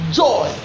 joy